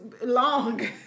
long